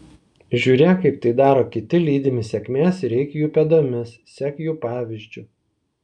žiūrėk kaip tai daro kiti lydimi sėkmės ir eik jų pėdomis sek jų pavyzdžiu